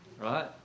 Right